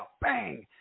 Bang